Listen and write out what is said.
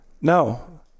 No